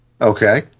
Okay